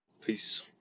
Peace